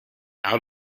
how